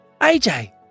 AJ